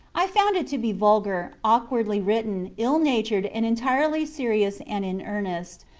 i found it to be vulgar, awkwardly written, ill-natured, and entirely serious and in earnest.